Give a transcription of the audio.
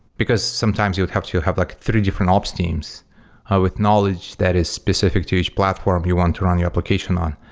because sometimes you would have to have like three different ops teams with knowledge that is specific to each platform you want to run your application on.